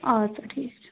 اَدٕ سا ٹھیٖک چھُ